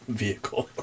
vehicle